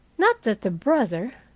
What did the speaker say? not that the brother